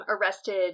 arrested